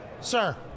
Sir